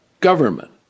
government